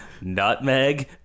Nutmeg